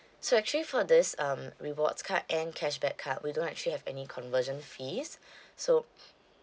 so actually for this um rewards card and cashback card we don't actually have any conversion fees so